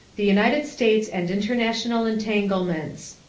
the united states and international entanglements.